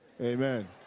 Amen